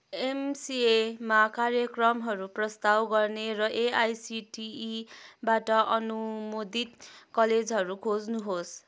एमसिएमा कार्यक्रमहरू प्रस्ताव गर्ने र एआइसिटिईबाट अनुमोदित कलेजहरू खोज्नुहोस्